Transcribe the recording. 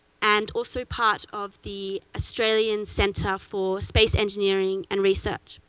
and also part of the australian center for space engineering and research.